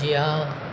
جی ہاں